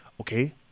Okay